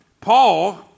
Paul